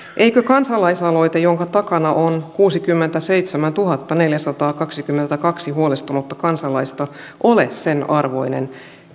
eikö kansalaisaloite jonka takana on kuusikymmentäseitsemäntuhattaneljäsataakaksikymmentäkaksi huolestunutta kansalaista ole sen arvoinen